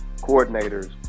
coordinators